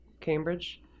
Cambridge